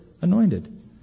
anointed